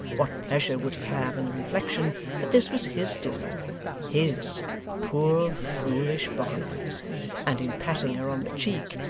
what pleasure would he have in the reflection that this was his doing his poor foolish barnaby's and in patting her on the cheek,